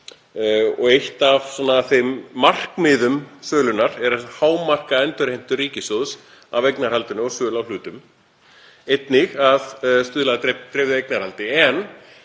og eitt af markmiðum sölunnar er að hámarka endurheimtur ríkissjóðs af eignarhaldinu og sölu á hlutum, einnig að stuðla að dreifðu eignarhaldi, en